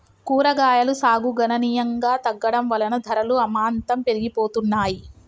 కూరగాయలు సాగు గణనీయంగా తగ్గడం వలన ధరలు అమాంతం పెరిగిపోతున్నాయి